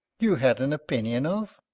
you had an opinion of!